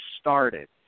started